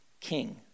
King